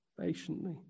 patiently